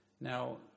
now